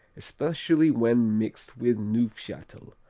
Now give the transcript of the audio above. especially when mixed with neufchatel,